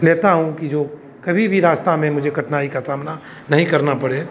लेता हूँ कि जो कभी भी रास्ता में मुझे कठिनाई का सामना नहीं करना पड़े